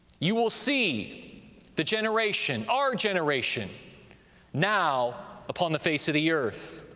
you will see the generation, our generation now upon the face of the earth.